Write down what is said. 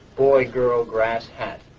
boy, girl, grass, hat.